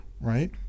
right